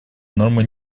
нормы